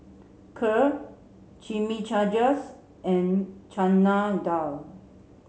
Kheer Chimichangas and Chana Dal